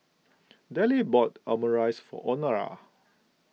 Dellie bought Omurice for Honora